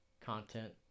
content